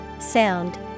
Sound